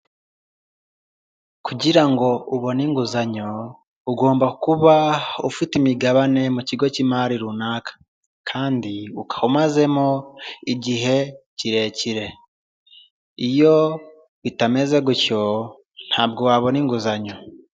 Kugira ngo ubone inguzanyo, ugomba kuba ufite imigabane mu kigo cy'imari runaka kandi ukaba umazemo igihe kirekire. Iyo bitameze gutyo ntabwo wabona inguzanyo.